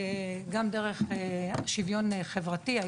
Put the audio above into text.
גם דרך המשרד לשוויון חברתי,